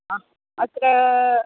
ह अत्र